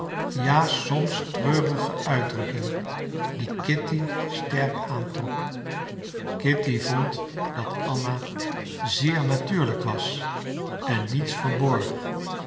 ja soms treurige uitdrukking die kitty sterk aantrok kitty vond dat anna zeer natuurlijk was en niets verborg